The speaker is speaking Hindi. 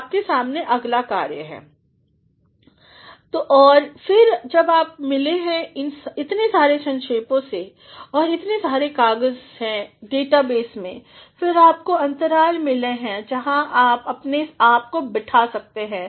आपके सामने अगला कार्य है और फिर जब आप मिले हैं इतने सारे संक्षेपों से और इतने सारे कागज़ हैं डेटाबेस में फिर आपको अंतराल मिले हैं जहाँ आप अपने आप को बैठा सकते हैं